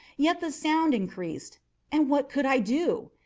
yet the sound increased and what could i do?